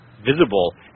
visible